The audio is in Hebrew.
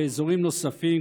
באזורים נוספים,